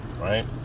right